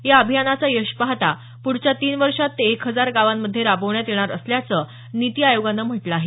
या अभियानाचं यश पाहता पुढच्या तीन वर्षात ते एक हजार गावांमध्ये राबवण्यात येणार असल्याचं निती आयोगानं म्हटलं आहे